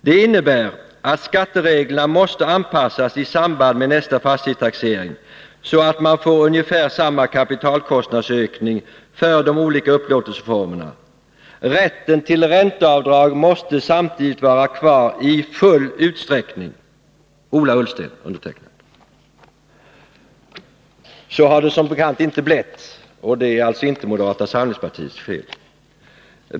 Det innebär att skattereglerna måste anpassas i samband med nästa fastighetstaxering, så att man får ungefär samma kapitalkostnadsökning för de olika upplåtelseformerna. Rätten till ränteavdrag måste samtidigt vara kvar i full utsträckning.” Brevet är undertecknat av Ola Ullsten. Så har det som bekant inte blivit, och det är inte moderata samlingspartiets fel.